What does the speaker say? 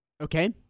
Okay